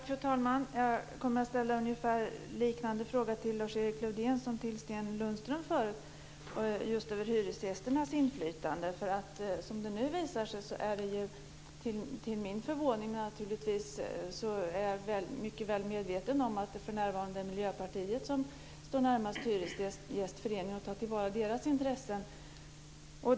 Fru talman! Jag kommer att ställa en liknande fråga till Lars-Erik Lövdén som jag ställde till Sten Lundström förut om just hyresgästernas inflytande. Naturligtvis är jag mycket väl medveten om att det för närvarande är Miljöpartiet som står närmast Hyresgästföreningen och tar till vara dess intressen.